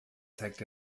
zeigt